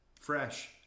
Fresh